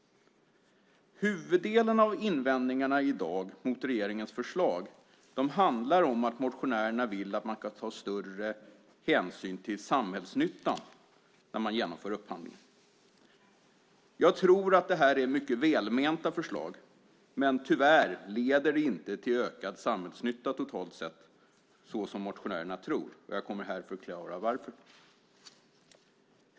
Huvuddelen av invändningarna i dag mot regeringens förslag handlar om att motionärerna vill att man ska ta större hänsyn till samhällsnyttan när man genomför upphandling. Jag tror att det är mycket välmenta förslag, men tyvärr leder de inte till ökat samhällsnytta totalt sett så som motionärerna tror. Jag kommer att förklara varför.